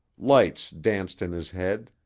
lights danced in his head.